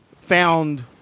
found